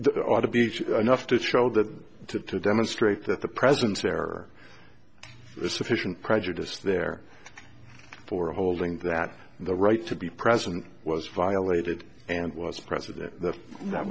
the other beach anough to show that to demonstrate that the presence or sufficient prejudice there for holding that the right to be present was violated and was president that